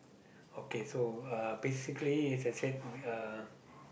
okay so uh basically as I said uh